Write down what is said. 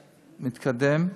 מתקדם,